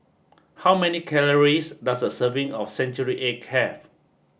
how many calories does a serving of Century Egg have